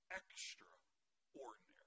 extraordinary